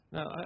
Now